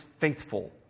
faithful